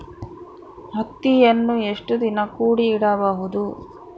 ಹತ್ತಿಯನ್ನು ಎಷ್ಟು ದಿನ ಕೂಡಿ ಇಡಬಹುದು?